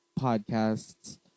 podcasts